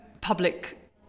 public